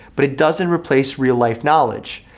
but it doesn't replace real life knowledge.